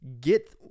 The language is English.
get